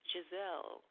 Giselle